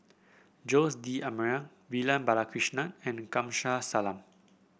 Jose D'Almeida Vivian Balakrishnan and Kamsari Salam